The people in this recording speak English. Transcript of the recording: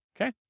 Okay